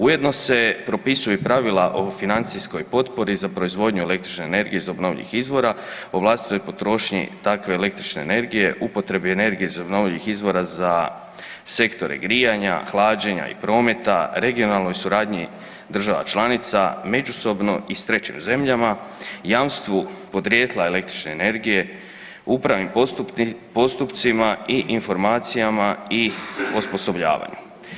Ujedno se propisuju i pravila o financijskoj potpori za proizvodnju električne energije iz obnovljivih izvora, o vlastitoj potrošnji takve električne energije, upotrebi energije iz obnovljivih izvora za sektore grijanja, hlađenja i prometa, regionalnoj suradnji država članica, međusobno i s trećim zemljama, jamstvu podrijetla električne energije, upravnim postupcima i informacijama i osposobljavanju.